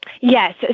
Yes